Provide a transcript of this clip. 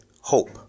Hope